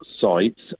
sites